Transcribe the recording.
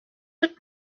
had